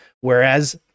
Whereas